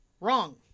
Wrong